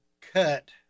cut